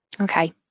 Okay